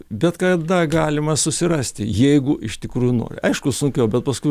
bet kada galima susirasti jeigu iš tikrųjų nori aišku sunkiau bet paskui